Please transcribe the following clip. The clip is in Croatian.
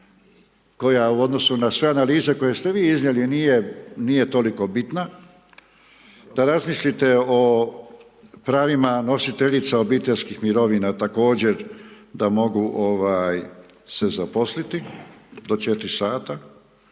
koja u odnosu na sve analize koje ste vi iznijeli nije toliko bitna. Da razmislite o pravima nositeljica obiteljskih mirovina također da mogu se zaposliti do 4 sata